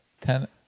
Ten